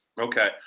Okay